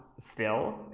still,